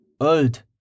Old